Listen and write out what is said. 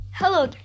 Hello